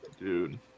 Dude